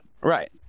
Right